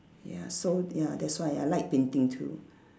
ya so ya that's why I like painting too